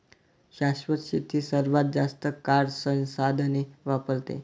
शाश्वत शेती सर्वात जास्त काळ संसाधने वापरते